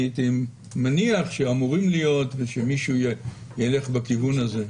אני מניח שאמורים להיות ושמישהו ילך בכיוון הזה.